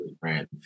brand